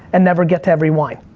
and never get to every wine.